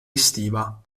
estiva